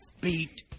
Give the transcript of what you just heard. Beat